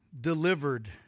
Delivered